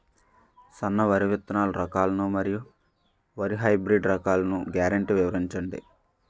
సన్న వరి విత్తనాలు రకాలను మరియు వరి హైబ్రిడ్ రకాలను గ్యారంటీ వివరించండి?